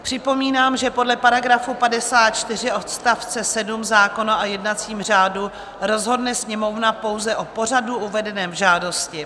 Připomínám, že podle § 54 odst. 7 zákona o jednacím řádu rozhodne Sněmovna pouze o pořadu uvedeném v žádosti.